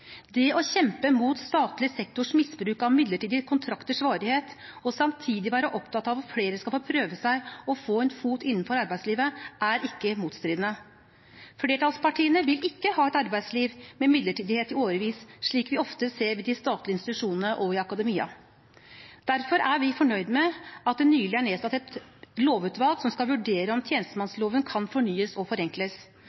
Det å kjempe mot statlig sektors misbruk av midlertidige kontrakters varighet og samtidig være opptatt av at flere skal få prøve seg og få en fot innenfor arbeidslivet, er ikke motstridende. Flertallspartiene vil ikke ha et arbeidsliv med midlertidighet i årevis, slik vi ofte ser i de statlige institusjonene og i akademia. Derfor er vi fornøyd med at det nylig ble nedsatt et lovutvalg som skal vurdere om tjenestemannsloven kan fornyes og forenkles.